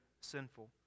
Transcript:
sinful